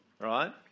right